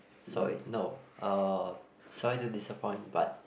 sorry no uh sorry to disappoint but